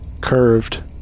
curved